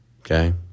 Okay